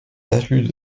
talus